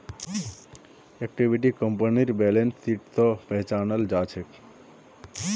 इक्विटीक कंपनीर balance sheet स पहचानाल जा छेक